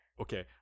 okay